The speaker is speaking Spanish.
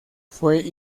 fue